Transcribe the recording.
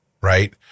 Right